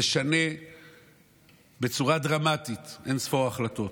משנה בצורה דרמטית אין-ספור החלטות.